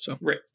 Right